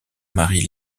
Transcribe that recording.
marie